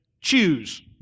choose